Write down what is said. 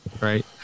right